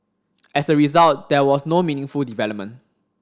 as a result there was no meaningful development